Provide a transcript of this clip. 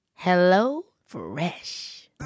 HelloFresh